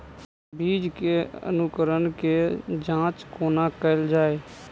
बीज केँ अंकुरण केँ जाँच कोना केल जाइ?